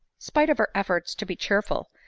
spite of her efforts to be cheerful,